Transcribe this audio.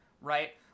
right